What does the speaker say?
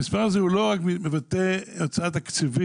המספר הזה הוא לא רק מבטא הוצאה תקציבית.